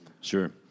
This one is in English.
Sure